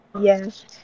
Yes